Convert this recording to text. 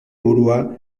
burua